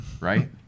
right